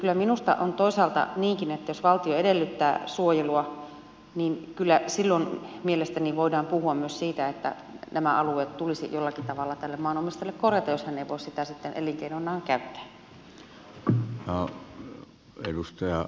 kyllä minusta on toisaalta niinkin että jos valtio edellyttää suojelua niin kyllä silloin mielestäni voidaan puhua myös siitä että nämä alueet tulisi jollakin tavalla tälle maanomistajalle korvata jos hän ei voi niitä sitten elinkeinonaan käyttää